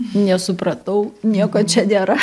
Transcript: nesupratau nieko čia nėra